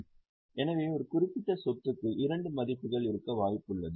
எனவே ஒரு குறிப்பிட்ட சொத்துக்கு இரண்டு மதிப்புகள் இருக்க வாய்ப்பு உள்ளது